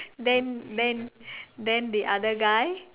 then then then the other guy